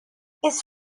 his